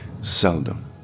Seldom